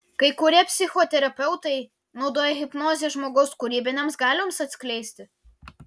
kai kurie psichoterapeutai naudoja hipnozę žmogaus kūrybinėms galioms atskleisti